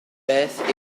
beth